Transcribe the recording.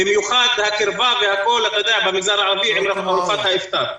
במיוחד בגלל הקרבה במגזר בארוחת האיפטר.